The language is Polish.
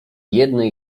jednej